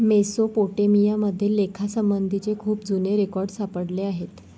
Mesopotamia मध्ये लेखासंबंधीचे खूप जुने रेकॉर्ड सापडले आहेत